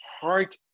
heart